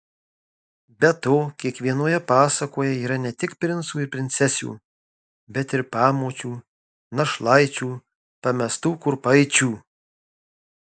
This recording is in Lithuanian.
be to kiekvienoje pasakoje yra ne tik princų ir princesių bet ir pamočių našlaičių pamestų kurpaičių